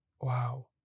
Wow